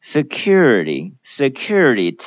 Security,Security